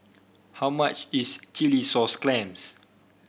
how much is Chilli Sauce Clams